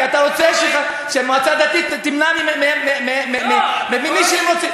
כי אתה רוצה שמועצה דתית תמנע ממי שהם רוצים,